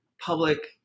public